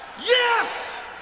yes